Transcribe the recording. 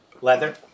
Leather